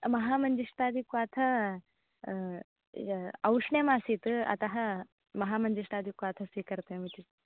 महामञ्जिष्टादिक्वाथ औष्ण्यम् आसीत् अतः महामञ्जिष्टादिक्वाथ स्वीकृतम् इति